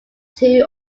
two